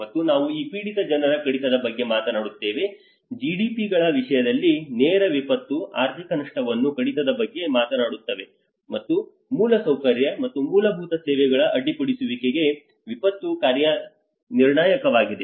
ಮತ್ತು ನಾವು ಈ ಪೀಡಿತ ಜನರ ಕಡಿತದ ಬಗ್ಗೆ ಮಾತನಾಡುತ್ತೇವೆ GDP ಗಳ ವಿಷಯದಲ್ಲಿ ನೇರ ವಿಪತ್ತು ಆರ್ಥಿಕ ನಷ್ಟವನ್ನು ಕಡಿತದ ಬಗ್ಗೆ ಮಾತನಾಡುತ್ತೇವೆ ಮತ್ತು ಮೂಲಸೌಕರ್ಯ ಮತ್ತು ಮೂಲಭೂತ ಸೇವೆಗಳ ಅಡ್ಡಿಪಡಿಸುವಿಕೆಗೆ ವಿಪತ್ತು ನಿರ್ಣಾಯಕವಾಗಿದೆ